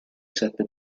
sette